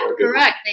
correct